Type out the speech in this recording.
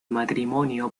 matrimonio